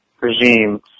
regime